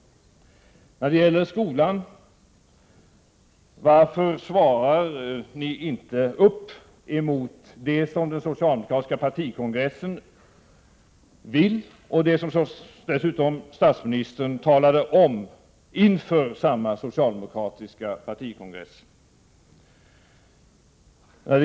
När det gäller skolan: Varför svarar ni inte upp emot det som den socialdemokratiska partikongressen vill och det som dessutom statsministern talade om inför samma socialdemokratiska partikongress?